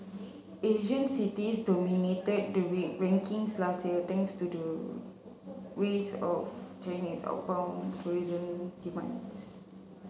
Asian cities dominated the rankings last year thanks to rise of Chinese outbound tourism demands